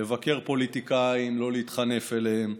לבקר פוליטיקאים, לא להתחנף אליהם,